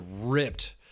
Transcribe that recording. ripped